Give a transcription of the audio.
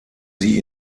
sie